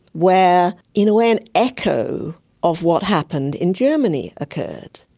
where in a way an echo of what happened in germany occurred.